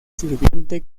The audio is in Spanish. sirviente